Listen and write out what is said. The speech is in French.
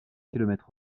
kilomètres